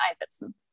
einsetzen